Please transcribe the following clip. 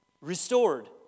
restored